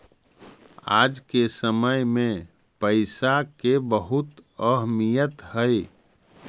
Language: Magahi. आज के समय में पईसा के बहुत अहमीयत हई